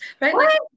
right